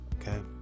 okay